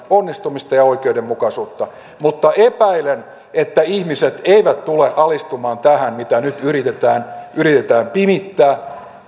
onnistumista ja oikeudenmukaisuutta mutta epäilen että ihmiset eivät tule alistumaan tähän mitä nyt yritetään yritetään pimittää